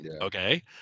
okay